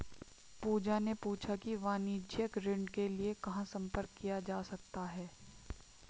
पूजा ने पूछा कि वाणिज्यिक ऋण के लिए कहाँ संपर्क किया जा सकता है?